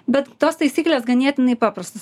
bet tos taisyklės ganėtinai paprastos